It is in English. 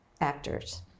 actors